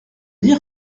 dire